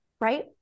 right